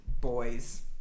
boys